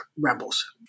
rebels